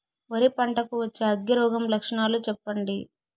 వరి పంట కు వచ్చే అగ్గి రోగం లక్షణాలు చెప్పండి?